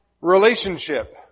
relationship